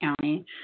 County